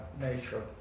nature